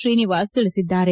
ಶ್ರೀನಿವಾಸ ತಿಳಿಸಿದ್ದಾರೆ